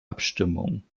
abstimmung